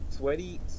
Sweaty